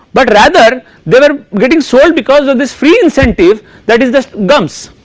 but rather they were getting sold because of this free incentive that is this gums